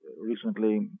recently